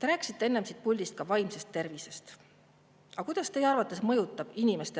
Te rääkisite enne siit puldist ka vaimsest tervisest. Kuidas teie arvates mõjutab